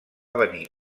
venir